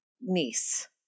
niece